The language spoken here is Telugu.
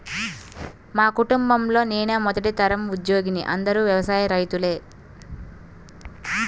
మా కుటుంబంలో నేనే మొదటి తరం ఉద్యోగిని అందరూ వ్యవసాయ రైతులే